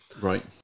Right